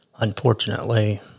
unfortunately